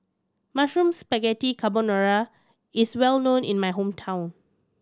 Mushroom Spaghetti Carbonara is well known in my hometown